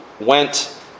went